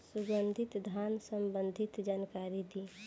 सुगंधित धान संबंधित जानकारी दी?